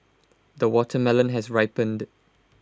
the watermelon has ripened